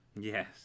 Yes